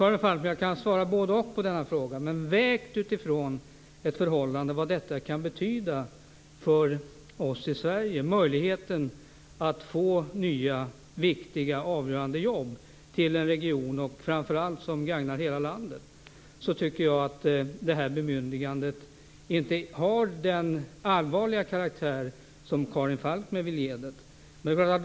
Fru talman! Jag kan svara både-och på den frågan, Karin Falkmer. Detta skall vägas mot möjligheten att få nya viktiga och avgörande jobb till en region och framför allt mot att detta gagnar hela landet. Jag tycker därför att det här bemyndigandet inte har den allvarliga karaktär som Karin Falkmer vill ge det.